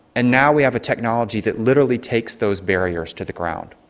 and now we have a technology that literally takes those barriers to the ground.